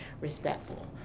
respectful